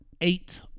eight